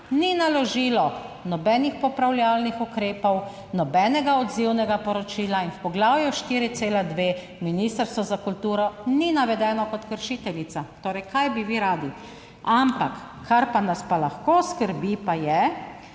Ni naložilo nobenih popravljalnih ukrepov, nobenega odzivnega poročila in v poglavju 4,2 Ministrstvo za kulturo ni navedeno kot kršiteljica. Torej, kaj bi vi radi? Ampak, kar pa nas pa lahko skrbi pa je,